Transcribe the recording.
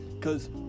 Cause